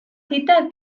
cita